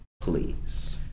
please